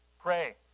pray